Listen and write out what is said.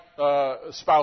Spouse